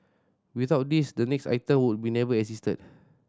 without this the next item would never have existed